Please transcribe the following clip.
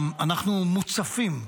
אנחנו מוצפים,